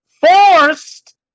FORCED